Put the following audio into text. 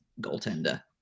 goaltender